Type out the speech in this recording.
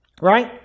Right